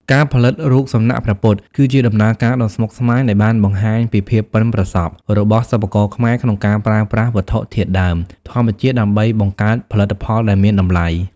ការផលិតរូបសំណាកព្រះពុទ្ធ គឺជាដំណើរការដ៏ស្មុគស្មាញដែលបានបង្ហាញពីភាពប៉ិនប្រសប់របស់សិប្បករខ្មែរក្នុងការប្រើប្រាស់វត្ថុធាតុដើមធម្មជាតិដើម្បីបង្កើតផលិតផលដែលមានតម្លៃ។